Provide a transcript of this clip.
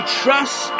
trust